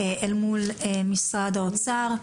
אל מול משרד האוצר.